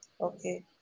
okay